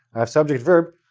i have subject-verb.